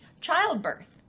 Childbirth